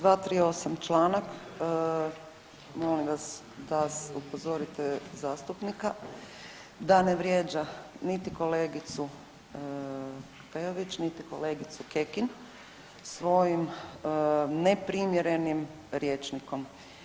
238. članak, molim vas da upozorite zastupnika da ne vrijeđa niti kolegicu Peović, niti kolegicu Kekin svojim neprimjerenim rječnikom.